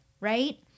right